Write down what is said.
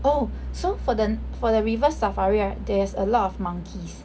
oh so for the for the River Safari right there's a lot of monkeys